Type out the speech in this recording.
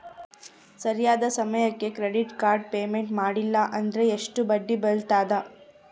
ಸರಿಯಾದ ಸಮಯಕ್ಕೆ credit card payment ಮಾಡಲಿಲ್ಲ ಅಂದ್ರೆ ಎಷ್ಟು ಬಡ್ಡಿ ಬೇಳ್ತದ?